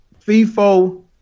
FIFO